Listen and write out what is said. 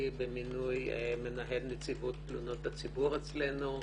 במינוי מנהל נציבות תלונות הציבור אצלנו,